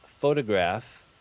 photograph